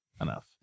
enough